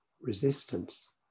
Resistance